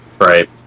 Right